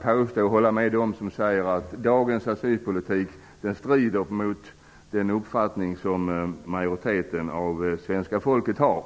Jag håller med dem som säger att dagens asylpolitk strider mot den uppfattning som majoriteten av svenska folket har.